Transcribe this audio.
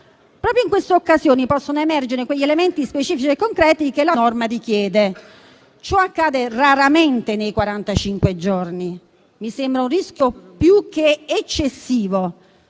Proprio in queste occasioni possono emergere quegli elementi specifici e concreti che la norma richiede. Ciò accade raramente nei quarantacinque giorni: mi sembra un rischio più che eccessivo.